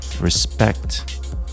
Respect